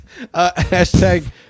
Hashtag